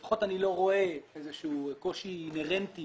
לפחות אני לא רואה איזשהו קושי אינהרנטי